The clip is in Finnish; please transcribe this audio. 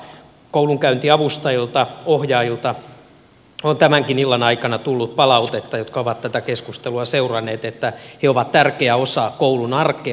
koulunkäyntiavustajilta ohjaajilta jotka ovat tätä keskustelua seuranneet on tämänkin illan aikana tullut palautetta jotka ovat tätä keskustelua seuranneet että he ovat tärkeä osa koulun arkea